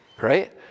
Right